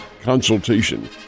consultation